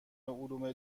علوم